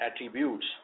attributes